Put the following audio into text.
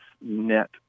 net